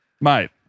Mate